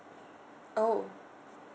oh